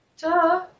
Duh